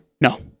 No